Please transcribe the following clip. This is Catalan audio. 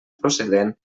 procedent